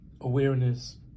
awareness